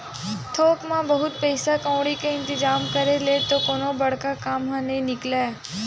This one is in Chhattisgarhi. थोक बहुत पइसा कउड़ी के इंतिजाम करे ले तो कोनो बड़का काम ह नइ निकलय